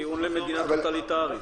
טיעון למדינה טוטליטארית.